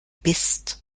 bist